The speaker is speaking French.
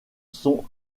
sont